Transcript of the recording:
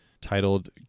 titled